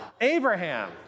Abraham